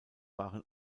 waren